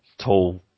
tall